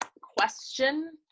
question